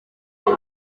bari